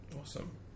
Awesome